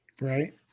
Right